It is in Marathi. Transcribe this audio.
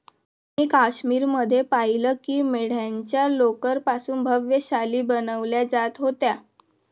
मी काश्मीर मध्ये पाहिलं की मेंढ्यांच्या लोकर पासून भव्य शाली बनवल्या जात होत्या